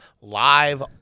live